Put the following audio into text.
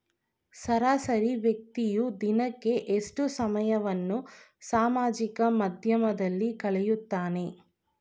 ಸರಾಸರಿ ವ್ಯಕ್ತಿಯು ದಿನಕ್ಕೆ ಎಷ್ಟು ಸಮಯವನ್ನು ಸಾಮಾಜಿಕ ಮಾಧ್ಯಮದಲ್ಲಿ ಕಳೆಯುತ್ತಾನೆ?